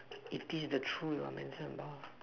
if this is the truth you are mention about